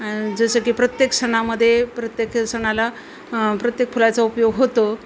आणि जसं की प्रत्येक सणामध्ये प्रत्येक सणाला प्रत्येक फुलाचा उपयोग होतो